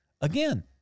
again